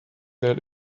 that